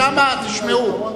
תשמעו,